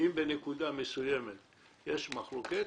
ההחלטה הסופית מה לעשות איתם תינתן -- שהם יוקפאו,